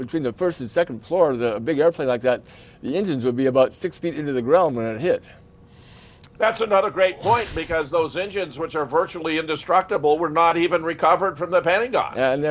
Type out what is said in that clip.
between the first and second floor of the big airplane like that the engines would be about six feet into the ground and hit that's another great point because those engines which are virtually indestructible were not even recovered from the pentagon and